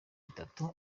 itatu